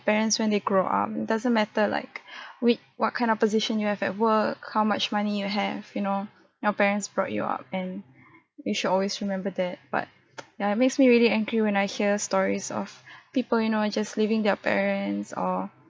parents when they grow up doesn't matter like with what kind of position you have at work how much money you have you know your parents brought you up and we should always remember that but ya it makes me really angry when I hear stories of people you know just leaving their parents or